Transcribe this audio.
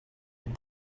with